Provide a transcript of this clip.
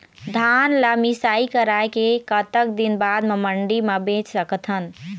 धान ला मिसाई कराए के कतक दिन बाद मा मंडी मा बेच सकथन?